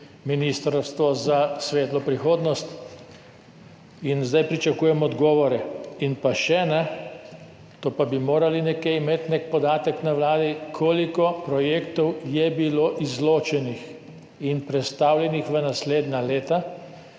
ministrstvo za svetlo prihodnost, in zdaj pričakujem odgovore. In pa še, to pa bi morali nekje imeti, nek podatek na Vladi: Koliko projektov je bilo izločenih in prestavljenih v naslednja leta?